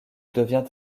devient